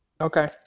Okay